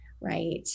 right